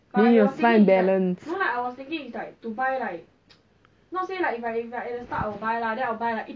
!wah! but taiwan 是卖香 [one] kim zua